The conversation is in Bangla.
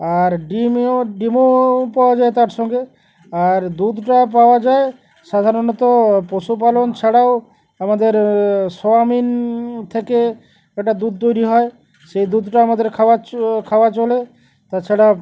আর ডিমও ডিমওও পাওয়া যায় তার সঙ্গে আর দুধটা পাওয়া যায় সাধারণত পশুপালন ছাড়াও আমাদের সোয়াবিন থেকে একটা দুধ তৈরি হয় সেই দুধটা আমাদের খাওয়ার খাওয়া চলে তাছাড়া